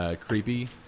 creepy